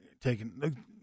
taking